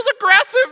aggressive